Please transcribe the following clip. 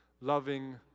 Loving